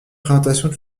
présentations